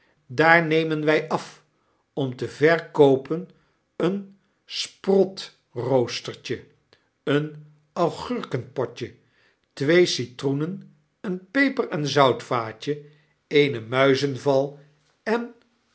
daar nemen wy af om te verkoopen een sprotroostertje een augurkenpotje twee citroenen een peper en zoutvaatje eene muizenval en